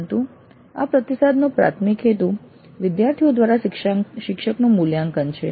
પરંતુ આ પ્રતિસાદનો પ્રાથમિક હેતુ વિદ્યાર્થીઓ દ્વારા શિક્ષકનું મૂલ્યાંકન છે